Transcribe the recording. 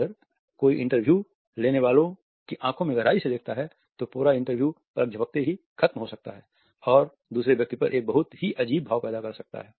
अगर कोई इंटरव्यू लेने वालों की आंखों में गहराई से देखता है तो पूरा इंटरव्यू पलक झपकते ही खत्म हो सकता है और दूसरे व्यक्ति पर एक बहुत ही अजीब प्रभाव पैदा कर सकता है